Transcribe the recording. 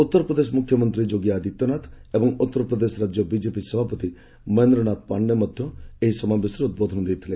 ଉତ୍ତର ପ୍ରଦେଶ ମୁଖ୍ୟମନ୍ତ୍ରୀ ଯୋଗୀ ଆଦିତ୍ୟନାଥ ଏବଂ ଉତ୍ତର ପ୍ରଦେଶ ରାଜ୍ୟ ବିଜେପି ସଭାପତି ମହେନ୍ଦ୍ର ନାଥ ପାଣ୍ଡେ ମଧ୍ୟ ଏହି ସମାବେଶରେ ଉଦ୍ବୋଧନ ଦେଇଥିଲେ